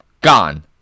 Gone